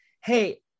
hey